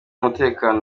umutekano